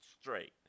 straight